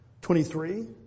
twenty-three